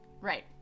Right